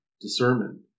discernment